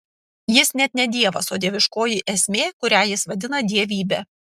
jis net ne dievas o dieviškoji esmė kurią jis vadina dievybe